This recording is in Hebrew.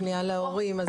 פנייה להורים.